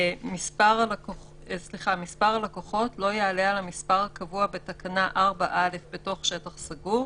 מספר הלקוחות לא יעלה על המספר הקבוע בתקנה 4(א) בתוך שטח סגור,